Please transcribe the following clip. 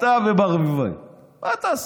אתה וברביבאי, מה תעשו?